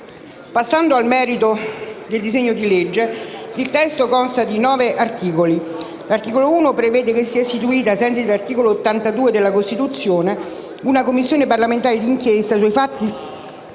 Passando al merito del disegno di legge, il testo consta di nove articoli. L'articolo 1 prevede che sia istituita, ai sensi dell'articolo 82 della Costituzione, una Commissione parlamentare di inchiesta sui predetti